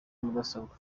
mudasobwa